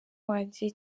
wanjye